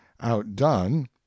outdone